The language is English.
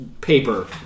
paper